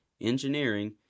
engineering